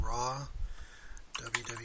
Raw